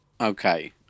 okay